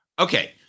Okay